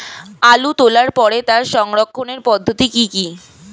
আলু তোলার পরে তার সংরক্ষণের পদ্ধতি কি কি?